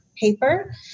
paper